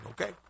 okay